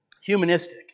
humanistic